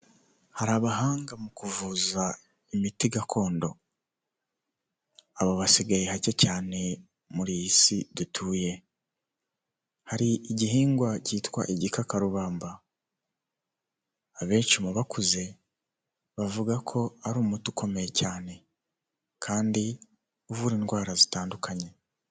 Hari abahanga mu kuvuza imiti gakondo, aba basigaye hake cyane muri iyi si dutuye, hari igihingwa cyitwa igikakarubamba, abenshi mu bakuze, bavuga ko ari umuti ukomeye cyane kandi uvura indwara zitandukanye.